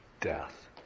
death